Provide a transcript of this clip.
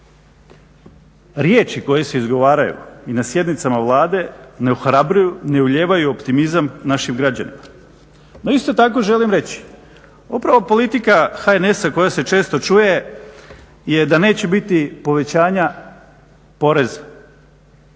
riječi koje se izgovaraju i na sjednicama Vlade ne ohrabruju, ne ulijevaju optimizam našim građanima. No isto tako želim reći, upravo politika HNS-a koja se često čuje je da neće biti povećanja poreza.